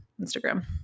Instagram